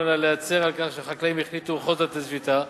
אלא להצר על כך שהחקלאים החליטו בכל זאת לצאת לשביתה.